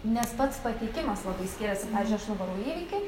nes pats pateikimas labai skiriasi pavyzdžiui aš nuvarau į įvykį